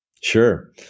Sure